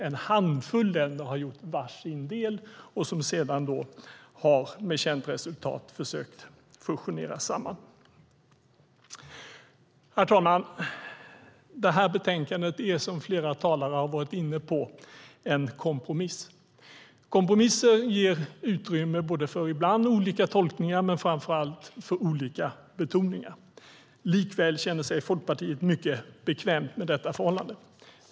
En handfull länder har gjort var sin del som man sedan, med känt resultat, har försökt fusionera samman. Herr talman! Det här betänkandet är som flera talare har varit inne på en kompromiss. Kompromisser ger utrymme för olika tolkningar ibland men framför allt för olika betoningar. Likväl känner sig Folkpartiet mycket bekvämt med detta förhållande.